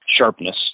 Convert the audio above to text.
sharpness